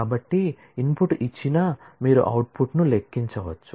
కాబట్టి ఇన్పుట్ ఇచ్చిన మీరు అవుట్పుట్ను లెక్కించవచ్చు